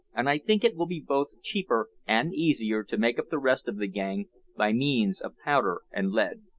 and i think it will be both cheaper and easier to make up the rest of the gang by means of powder and lead.